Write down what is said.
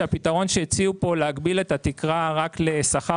שהפתרון שהציעו פה להגביל את התקרה רק לשכר